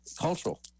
cultural